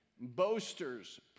boasters